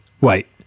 wait